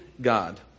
God